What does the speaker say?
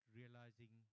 realizing